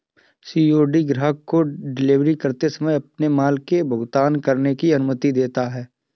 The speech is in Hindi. सी.ओ.डी ग्राहक को डिलीवरी के समय अपने माल के लिए भुगतान करने की अनुमति देता है